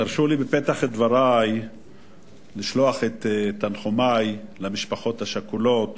תרשו לי בפתח דברי לשלוח את תנחומי למשפחות השכולות